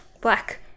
black